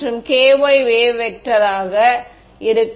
அங்கே ஒரு Kx மற்றும் Ky வேவ் வெக்டர் ஆக இருக்கும்